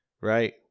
right